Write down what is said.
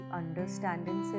understanding